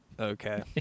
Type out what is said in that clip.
Okay